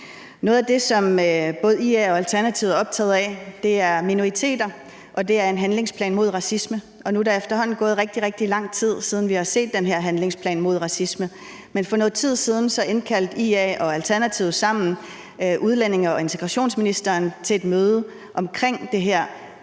Noget af det, som både AI og Alternativet er optaget af, er minoriteter, og det er en handlingsplan mod racisme. Nu er der efterhånden gået rigtig, rigtig lang tid, siden vi har set den her handlingsplan mod racisme, men for noget tid siden indkaldte IA og Alternativet sammen udlændinge- og integrationsministeren til et møde om netop det her